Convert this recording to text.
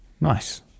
Nice